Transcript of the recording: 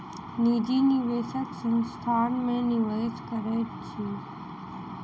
निजी निवेशक संस्थान में निवेश करैत अछि